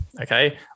okay